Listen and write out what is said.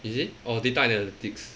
is it orh data analytics